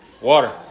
Water